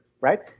right